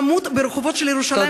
למות ברחובות של ירושלים,